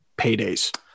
paydays